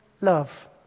love